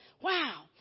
Wow